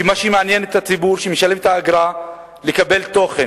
כי מה שמעניין את הציבור שמשלם את האגרה זה לקבל תוכן.